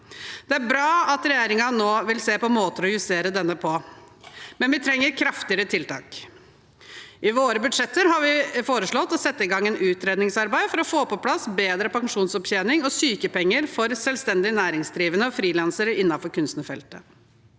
Det er bra at regjeringen nå vil se på måter å justere denne på, men vi trenger kraftigere tiltak. I våre budsjetter har vi foreslått å sette i gang et utredningsarbeid for å få på plass bedre pensjonsopptjening og sykepenger for selvstendig næringsdrivende og frilansere innenfor kunstnerfeltet.